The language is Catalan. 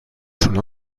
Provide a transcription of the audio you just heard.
sonar